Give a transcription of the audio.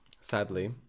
Sadly